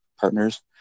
partners